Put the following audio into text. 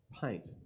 paint